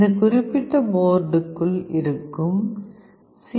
இந்த குறிப்பிட்ட போர்டுக்குள் இருக்கும் சி